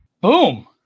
Boom